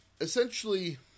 Essentially